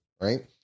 right